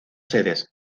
sedes